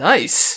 Nice